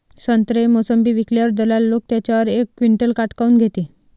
संत्रे, मोसंबी विकल्यावर दलाल लोकं त्याच्यावर एक क्विंटल काट काऊन घेते?